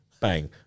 Bang